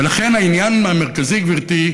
ולכן, העניין המרכזי, גברתי,